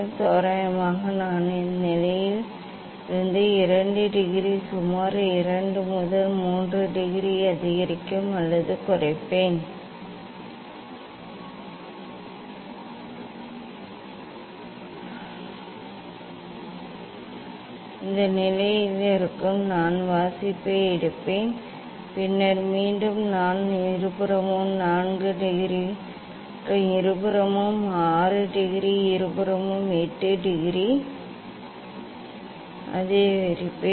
தோராயமாக நான் இந்த நிலையில் இருந்து 2 டிகிரி சுமார் 2 3 டிகிரி அதிகரிக்கும் அல்லது குறைப்பேன் இரு நிலைகளுக்கும் நான் வாசிப்பை எடுப்பேன் பின்னர் மீண்டும் நான் இருபுறமும் 4 டிகிரி மற்றும் இருபுறமும் 6 டிகிரி இருபுறமும் 8 டிகிரி அதிகரிப்பேன்